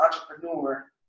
entrepreneur